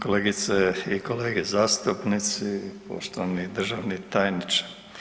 Kolegice i kolege zastupnici, poštovani državni tajniče.